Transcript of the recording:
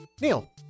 Neil